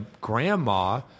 grandma